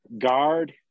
guard